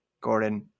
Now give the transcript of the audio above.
Gordon